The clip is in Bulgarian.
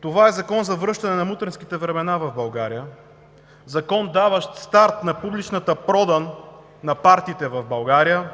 Това е закон за връщане на мутренските времена в България, даващ старт на публичната продан на партиите в България,